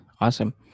Awesome